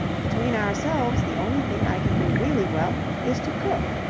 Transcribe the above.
between ourselves the only thing i can do really well is to cook.